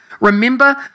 Remember